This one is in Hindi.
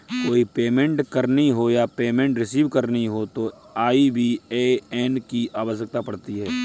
कोई पेमेंट करनी हो या पेमेंट रिसीव करनी हो तो आई.बी.ए.एन की आवश्यकता पड़ती है